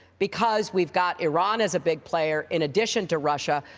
because we've got iran as a big player, in addition to russia.